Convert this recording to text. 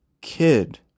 kid